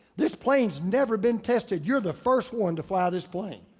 this plane has never been tested. you're the first one to fly this plane.